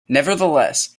nevertheless